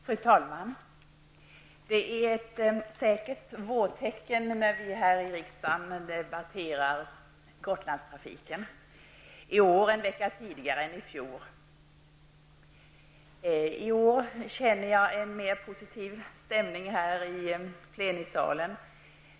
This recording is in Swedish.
Fru talman! Det är ett säkert vårtecken när vi här i riksdagen debatterar Gotlandstrafiken -- i år en vecka tidigare än i fjol. I år känner jag en mer positiv stämning här i plenisalen.